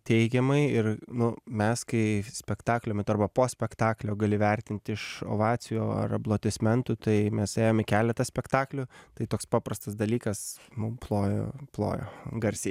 teigiamai ir nu mes kai spektaklio metu arba po spektaklio gali vertinti iš ovacijų ar aplodismentų tai mes ėjom į keletą spektaklių tai toks paprastas dalykas mum plojo plojo garsiai